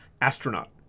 astronaut